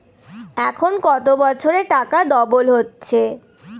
এখন কত বছরে টাকা ডবল হচ্ছে?